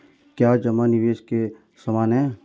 क्या जमा निवेश के समान है?